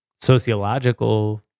sociological